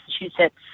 Massachusetts